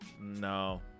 no